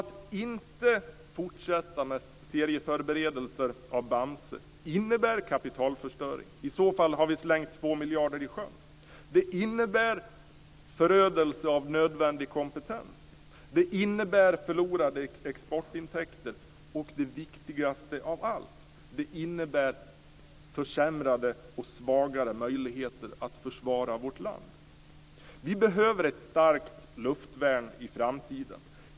Att inte fortsätta med serieförberedelser av Bamse innebär kapitalförstöring. I så fall har vi slängt 2 miljarder i sjön. Det innebär förödelse av nödvändig kompetens. Det innebär förlorade exportintäkter. Och det viktigaste av allt: Det innebär försämrade och svagare möjligheter att försvara vårt land. Vi behöver ett starkt luftvärn i framtiden.